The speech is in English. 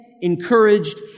Encouraged